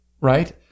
Right